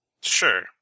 sure